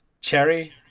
cherry